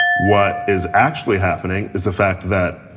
what is actually happening is the fact that,